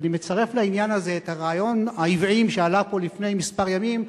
ואני מצרף לעניין הזה את רעיון העוועים שעלה פה לפני כמה ימים,